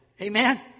Amen